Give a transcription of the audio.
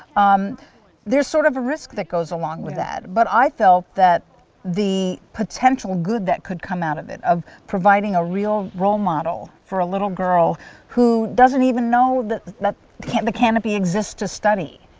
um there's sort of a risk that goes along with that. but i felt that the potential good that could come out of it, of providing a real role model for a little girl who doesn't even know that that the canopy exists to study,